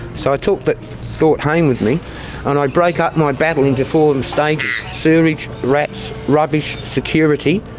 so i took that thought home with me and i broke up my battle into four stages sewerage, rats, rubbish, security